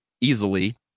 easily